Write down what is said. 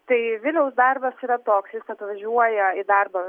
tai viliaus darbas yra toks jis atvažiuoja į darbą